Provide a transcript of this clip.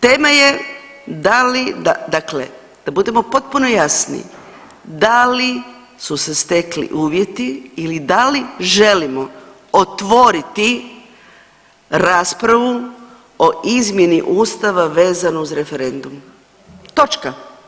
Tema je da li, dakle da budemo potpuno jasni, da li su se stekli uvjeti ili da li želimo otvoriti raspravu o izmjeni Ustava vezano uz referendum, točka.